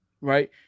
right